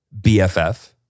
BFF